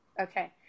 Okay